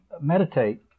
meditate